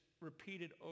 repeated